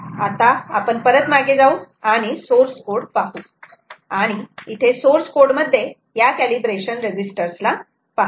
आता आपण परत मागे जाऊ आणि सोर्स कोड पाहू आणि इथे सोर्स कोड मध्ये या कॅलिब्रेशन रजिस्टर्स ला पहा